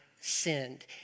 sinned